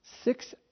Six